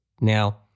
Now